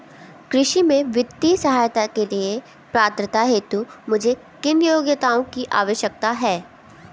कृषि में वित्तीय सहायता के लिए पात्रता हेतु मुझे किन योग्यताओं की आवश्यकता है?